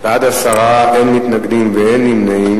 בעד, 10, אין מתנגדים ואין נמנעים.